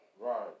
Right